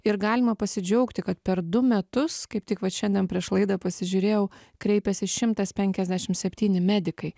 ir galima pasidžiaugti kad per du metus kaip tik vat šiandien prieš laidą pasižiūrėjau kreipėsi šimtas penkiasdešim septyni medikai